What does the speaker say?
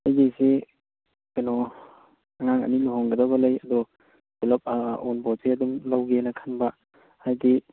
ꯑꯩꯒꯤꯁꯦ ꯀꯩꯅꯣ ꯑꯉꯥꯡ ꯑꯅꯤ ꯂꯨꯍꯣꯡꯒꯗꯕ ꯂꯩ ꯑꯗꯣ ꯄꯨꯂꯞ ꯑꯎꯟꯄꯣꯠꯁꯦ ꯑꯗꯨꯝ ꯂꯧꯒꯦꯅ ꯈꯟꯕ ꯍꯥꯏꯗꯤ